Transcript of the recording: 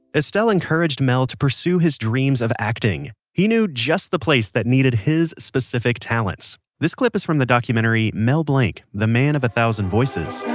estelle encouraged mel to pursue his dreams of acting. he knew just the place that needed his specific talents. this clip is from the documentary mel blanc, the man of a thousand voices